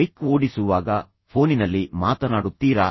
bike ಓಡಿಸುವಾಗ ಫೋನಿನಲ್ಲಿ ಮಾತನಾಡುತ್ತೀರಾ